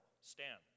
stand